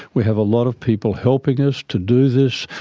we have a lot of people helping us to do this,